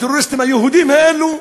הטרוריסטים היהודים האלו,